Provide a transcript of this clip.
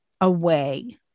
away